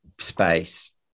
space